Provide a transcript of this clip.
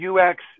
UX